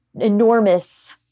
enormous